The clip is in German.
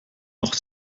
noch